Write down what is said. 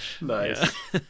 nice